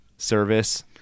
Service